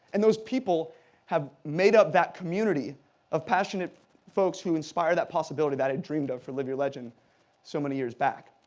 and those people have made up that community of passionate folks who inspired that possibility that i dreamed of for live your legend so many years back.